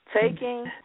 taking